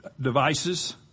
devices